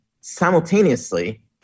Simultaneously